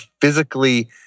physically